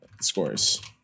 scores